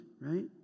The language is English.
right